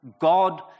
God